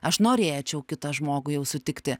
aš norėčiau kitą žmogų jau sutikti